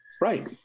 Right